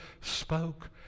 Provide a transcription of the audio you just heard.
spoke